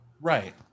Right